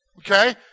Okay